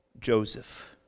Joseph